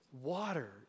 Water